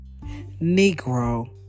Negro